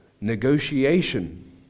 negotiation